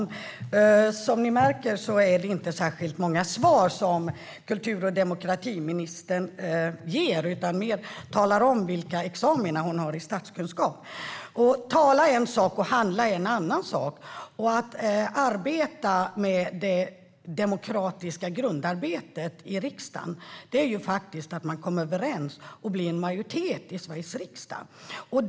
Herr talman! Som ni märker ger kultur och demokratiministern inte särskilt många svar. Hon talar mer om vilka examina i statsvetenskap hon har. Att tala är en sak; att handla är en annan. Att arbeta med det demokratiska grundarbetet i riksdagen innebär att man kommer överens och att det blir en majoritet i Sveriges riksdag.